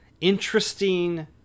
interesting